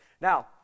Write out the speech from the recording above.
Now